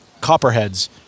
copperheads